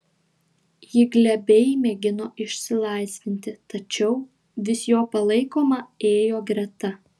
ji glebiai mėgino išsilaisvinti tačiau vis jo palaikoma ėjo greta